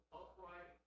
upright